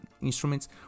instruments